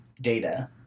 data